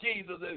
Jesus